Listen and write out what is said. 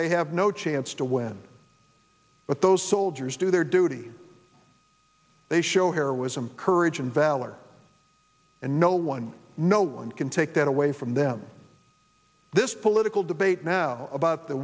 they have no chance to win but those soldiers do their duty they show here was some courage and valor and no one no one can take that away from them this political debate now about the